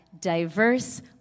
diverse